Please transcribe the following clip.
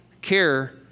care